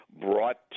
brought